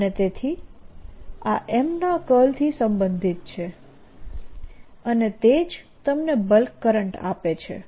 અને તેથી આ M ના કર્લથી સંબંધિત છે અને તે જ તમને બલ્ક કરંટ આપે છે